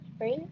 right